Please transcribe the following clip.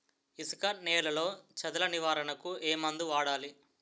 ఇసుక నేలలో చదల నివారణకు ఏ మందు వాడాలి?